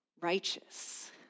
Righteous